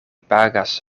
pagas